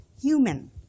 human